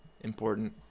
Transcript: important